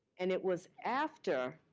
and it was after,